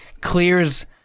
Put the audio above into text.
clears